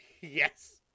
Yes